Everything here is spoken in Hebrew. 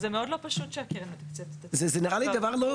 זה מאוד לא פשוט שהקרן נמצאת --- זה נראה לי דבר לא